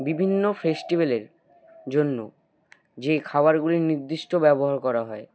বিভিন্ন ফেস্টিভ্যালের জন্য যে খাবারগুলির নির্দিষ্ট ব্যবহার করা হয়